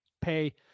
pay